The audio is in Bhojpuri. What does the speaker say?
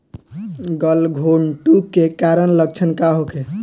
गलघोंटु के कारण लक्षण का होखे?